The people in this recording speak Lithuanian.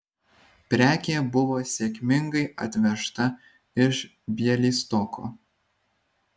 prekė buvo sėkmingai atvežta iš bialystoko